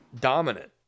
dominant